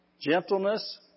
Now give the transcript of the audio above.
gentleness